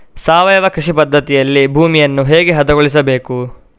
ಸಾವಯವ ಕೃಷಿ ಪದ್ಧತಿಯಲ್ಲಿ ಭೂಮಿಯನ್ನು ಹೇಗೆ ಹದಗೊಳಿಸಬೇಕು?